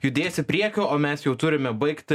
judės į priekiu o mes jau turime baigti